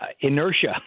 inertia